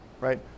Right